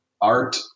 art